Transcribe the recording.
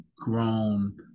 grown